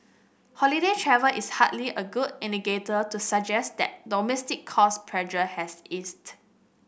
holiday travel is hardly a good indicator to suggest that domestic cost pressure has eased